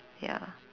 ya